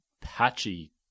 patchy